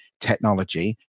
technology